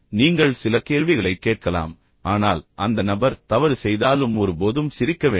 நீங்கள் சில கேள்விகளைக் கேட்கலாம் ஆனால் அந்த நபர் தவறு செய்தாலும் ஒருபோதும் சிரிக்க வேண்டாம்